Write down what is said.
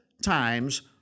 Times